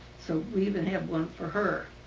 so we even have one for her,